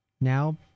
Now